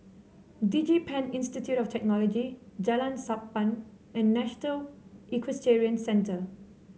DigiPen Institute of Technology Jalan Sappan and National Equestrian Centre